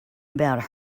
about